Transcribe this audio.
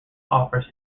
offers